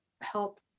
help